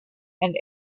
and